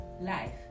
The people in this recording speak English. life